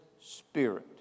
spirit